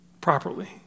properly